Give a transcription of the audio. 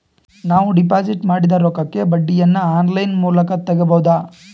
ನಾವು ಡಿಪಾಜಿಟ್ ಮಾಡಿದ ರೊಕ್ಕಕ್ಕೆ ಬಡ್ಡಿಯನ್ನ ಆನ್ ಲೈನ್ ಮೂಲಕ ತಗಬಹುದಾ?